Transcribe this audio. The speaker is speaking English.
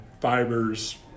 fibers